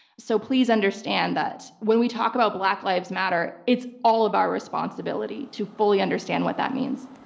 so please understand that when we talk about black lives matter, it's all of our responsibility to fully understand what that means.